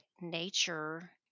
nature